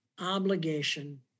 obligation